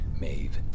Maeve